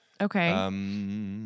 okay